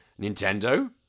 Nintendo